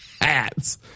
hats –